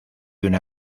una